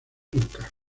turca